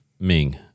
Ming